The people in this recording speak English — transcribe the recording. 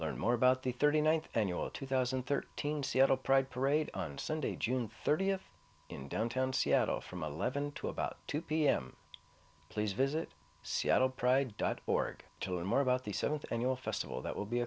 learn more about the thirty ninth annual two thousand and thirteen seattle pride parade on sunday june thirtieth in downtown seattle from eleven to about two pm please visit seattle pride dot org to and more about the seventh annual festival that will be